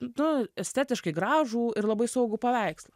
nu estetiškai gražų ir labai saugų paveikslą